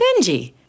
Benji